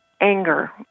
anger